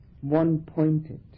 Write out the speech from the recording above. one-pointed